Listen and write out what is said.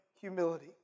humility